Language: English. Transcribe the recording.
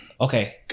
Okay